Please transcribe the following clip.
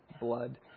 blood